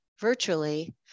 virtually